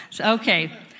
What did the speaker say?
okay